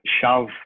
shove